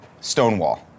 Stonewall